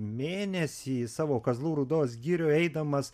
mėnesį savo kazlų rūdos girioj eidamas